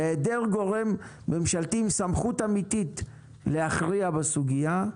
בהיעדר גורם ממשלתי עם סמכות אמיתית להכריע בסוגיה,